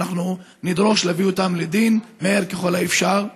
ואנחנו נדרוש להביא אותם לדין מהר ככל האפשר.